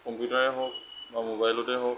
কম্পিউটাৰেই হওক বা ম'বাইলতে হওক